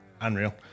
Unreal